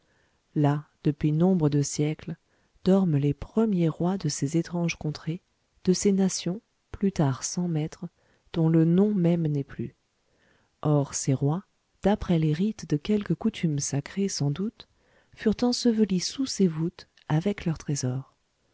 là depuis nombre de siècles dorment les premiers rois de ces étranges contrées de ces nations plus tard sans maîtres dont le nom même n'est plus or ces rois d'après les rites de quelque coutume sacrée sans doute furent ensevelis sous ces voûtes avec leurs trésors